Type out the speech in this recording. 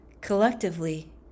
Collectively